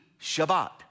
Shabbat